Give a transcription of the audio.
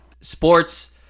Sports